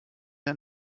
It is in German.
der